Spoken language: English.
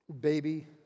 baby